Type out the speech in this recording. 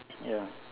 ya